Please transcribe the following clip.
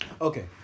Okay